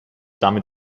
damit